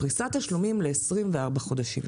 פריסת תשלומים ל-24 חודשים,